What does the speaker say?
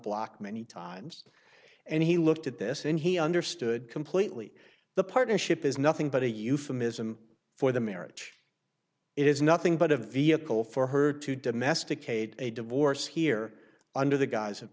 block many times and he looked at this and he understood completely the partnership is nothing but a euphemism for the marriage it is nothing but a vehicle for her to domesticate a divorce here under the guise of